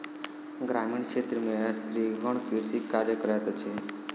ग्रामीण क्षेत्र में स्त्रीगण कृषि कार्य करैत अछि